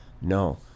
No